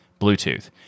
Bluetooth